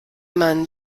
man